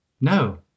no